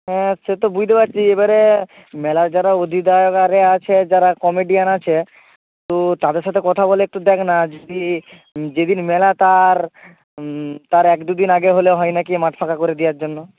হ্যাঁ সে তো বুঝতে পারছি এবারে মেলায় যারা অধিদায়ক আর এ আছে যারা কমিটিয়ান আছে তো তাদের সাথে কথা বলে একটু দেখ না যদি যেদিন মেলা তার তার এক দুদিন আগে হলে হয় না কি মাঠ ফাঁকা করে দেওয়ার জন্য